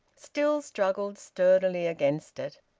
still struggled sturdily against it.